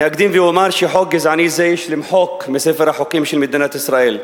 אני אקדים ואומר שחוק גזעני זה יש למחוק מספר החוקים של מדינת ישראל.